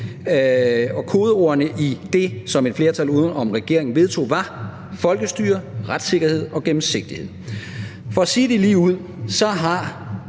Kodeordene i det, som et flertal uden om regeringen vedtog, var: folkestyre, retssikkerhed og gennemsigtighed. For at sige det ligeud har